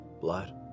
blood